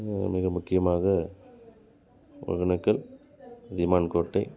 மிக முக்கியமாக ஒகேனக்கல் அதியமான் கோட்டை